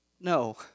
No